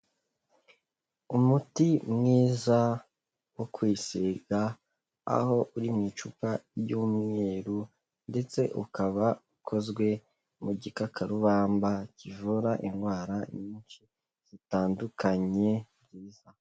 Umuti mwiza wo kwisiga, aho uri mu icupa ry'umweru ndetse ukaba ukozwe mu gikakarubamba, kivura indwara nyinshi zitandukanye, ni byiza.